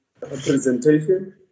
presentation